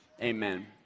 amen